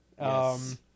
Yes